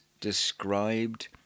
described